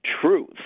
truth